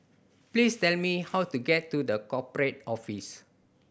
please tell me how to get to The Corporate Office